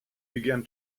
began